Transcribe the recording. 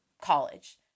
college